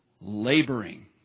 laboring